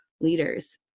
leaders